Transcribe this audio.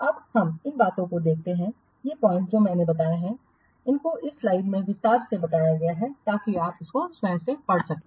अब हम इन बातों को देखते हैं ये पॉइंट्स जो मैंने बताए हैं इनको इस स्लाइड में विस्तार से बताया है ताकि आप स्वयं पढ़ सकें